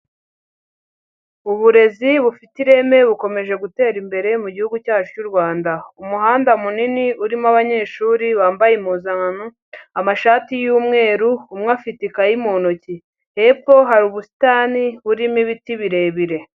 Uburezi bufite ireme bukomeje gutera imbere mu Gihugu cyacu cy'u Rwanda. Umuhanda munini urimo abanyeshuri bambaye impuzankano, amashati y'umweru, umwe afite ikayi mu ntoki. Hepfo hari ubusitani burimo ibiti birebire.